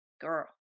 Girl